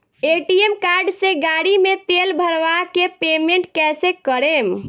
ATM card से गाड़ी मे तेल भरवा के पेमेंट कैसे करेम?